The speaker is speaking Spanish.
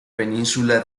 península